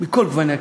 מכל גוני הקשת,